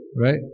right